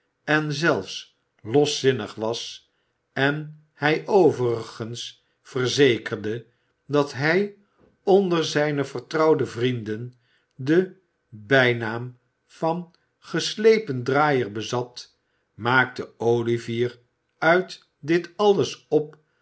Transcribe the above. en zelfs ioszinnig was en hij overigens verzekerde dat hij onder zijne vertrouwde vrienden den bijnaam van geslepen draaier bezat maakte olivier uit dit alles op